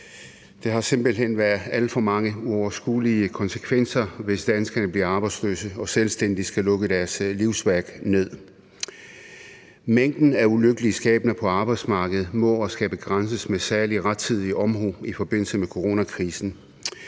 Der vil simpelt hen være alt for mange uoverskuelige konsekvenser, hvis danskerne bliver arbejdsløse og selvstændige skal lukke deres livsværk ned. Mængden af ulykkelige skæbner på arbejdsmarkedet må og skal begrænses med særlig rettidig omhu i forbindelse med coronakrisen.